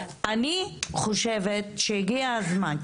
אני חושבת שהגיע הזמן,